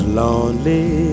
lonely